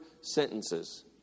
sentences